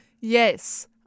Yes